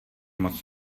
moc